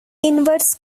inverse